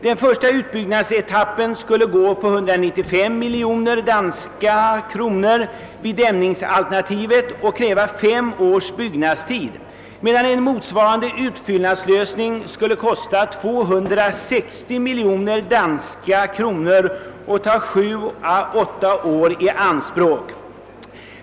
Den första utbyggnadsetappen skulle gå på 195 miljoner danska kronor vid dämningsalternativet och kräva fem års byggnadstid, medan en motsvarande utfyllnadslösning skulle kosta 260 miljoner danska kronor och ta 7—8 år i anspråk.